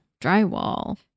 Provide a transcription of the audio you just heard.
drywall